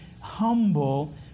humble